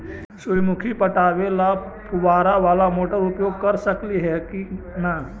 सुरजमुखी पटावे ल फुबारा बाला मोटर उपयोग कर सकली हे की न?